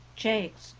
jakes,